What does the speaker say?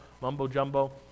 mumbo-jumbo